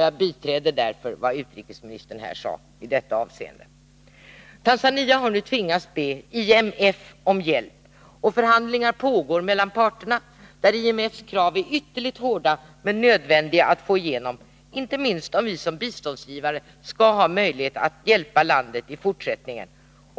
Jag biträder därför vad utrikesministern här sade i detta avseende. Tanzania har nu tvingats be IMF om hjälp. Förhandlingar pågår mellan parterna, och där är IMF:s krav ytterligt hårda men nödvändiga att få igenom, inte minst om vi som biståndsgivare skall ha möjlighet att hjälpa landet i fortsättningen —